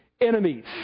enemies